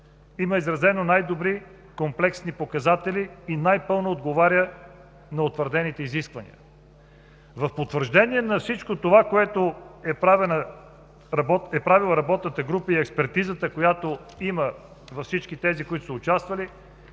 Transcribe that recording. има изразени най-добри комплексни показатели и най-пълно отговаря на утвърдените изисквания. В потвърждение на всичко това, което е правила работната група и експертизата, която имат всички тези, които са участвали